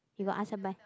you got ask her buy